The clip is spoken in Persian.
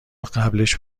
قبلش